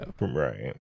Right